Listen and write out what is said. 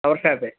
flower షాపే